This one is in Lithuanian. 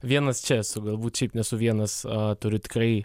vienas čia esu galbūt šiaip nesu vienas turiu tikrai